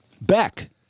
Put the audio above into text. Beck